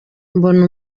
mbona